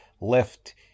left